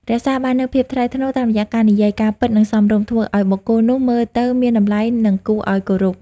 រក្សាបាននូវភាពថ្លៃថ្នូរ តាមរយះការនិយាយការពិត និងសមរម្យ ធ្វើឱ្យបុគ្គលនោះមើលទៅមានតម្លៃ និងគួរឱ្យគោរព។